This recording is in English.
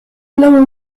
lower